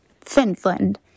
Finland